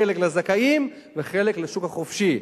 חלק לזכאים וחלק לשוק החופשי,